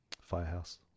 Firehouse